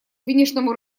финишному